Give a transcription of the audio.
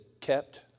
kept